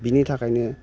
बेनि थाखायनो